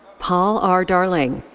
paul r. darling.